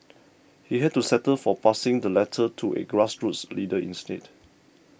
he had to settle for passing the letter to a grassroots leader instead